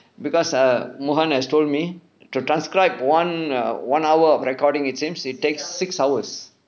because err mohan has told me to transcribe one err one hour of recording it seems he takes six hours